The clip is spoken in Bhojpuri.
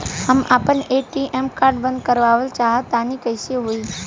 हम आपन ए.टी.एम कार्ड बंद करावल चाह तनि कइसे होई?